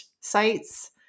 sites